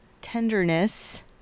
tenderness